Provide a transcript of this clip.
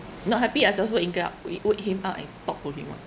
not happy I also so anger up will wake him up and talk to him [one]